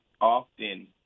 often